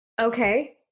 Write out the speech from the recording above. Okay